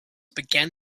began